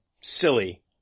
silly